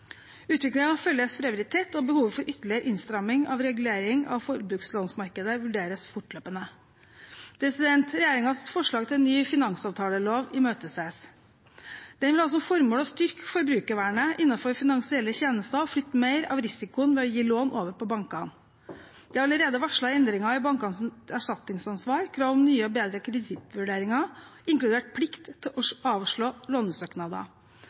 følges for øvrig tett, og behovet for ytterligere innstramming og regulering av forbrukslånsmarkedet vurderes fortløpende. Regjeringens forslag til ny finansavtalelov imøteses. Den vil ha som formål å styrke forbrukervernet innenfor finansielle tjenester og flytte mer av risikoen ved å gi lån over på bankene. Det er allerede varslet endringer i bankenes erstatningsansvar og krav om nye og bedre kredittvurderinger, inkludert plikt til å avslå